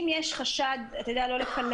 אם יש חשד לא לכלבת,